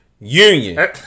Union